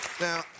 Now